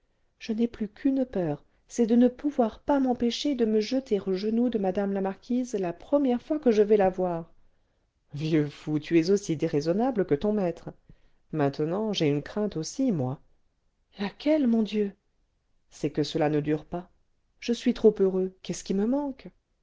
je n'ai plus qu'une peur c'est de ne pouvoir pas m'empêcher de me jeter aux genoux de mme la marquise la première fois que je vais la voir vieux fou tu es aussi déraisonnable que ton maître maintenant j'ai une crainte aussi moi laquelle mon dieu c'est que cela ne dure pas je suis trop heureux qu'est-ce qui me manque